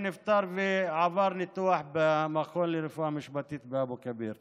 שנפטר ועבר ניתוח במכון לרפואה משפטית באבו כביר.